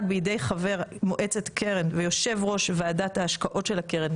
בידי חבר מועצת קרן ויושב ראש ועדת ההשקעות של הקרן,